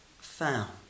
found